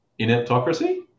Ineptocracy